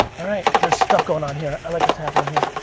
all right, there's stuff going on here, i like what's happening here.